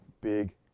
big